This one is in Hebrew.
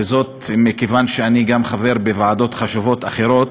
וזאת מכיוון שאני גם חבר בוועדות חשובות אחרות,